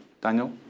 Daniel